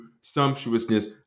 sumptuousness